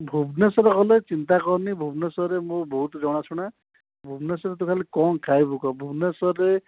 ଭୁବନେଶ୍ୱର ହେଲେ ଚିନ୍ତା କରନି ଭୁବନେଶ୍ୱରରେ ମୁଁ ବହୁତ ଜଣାଶୁଣା ଭୁବନେଶ୍ୱରରେ ତୁ ଖାଲି କ'ଣ ଖାଇବୁ କହ ଭୁବନେଶ୍ୱରରେ